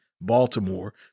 Baltimore